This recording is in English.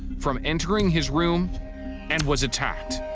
from entering his room and was attacked.